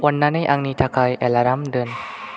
अननानै आंनि थाखाय एलार्म दोन